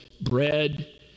bread